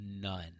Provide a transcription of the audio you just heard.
none